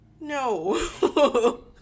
No